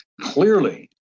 clearly